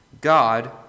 God